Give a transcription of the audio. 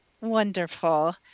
Wonderful